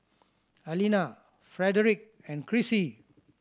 Alina Frederic and Crissy